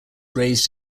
raised